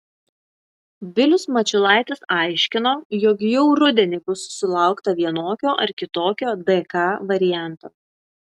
vilius mačiulaitis aiškino jog jau rudenį bus sulaukta vienokio ar kitokio dk varianto